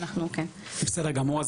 בסדר גמור,